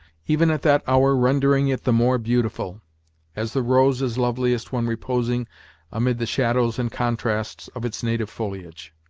even at that hour rendering it the more beautiful as the rose is loveliest when reposing amid the shadows and contrasts of its native foliage.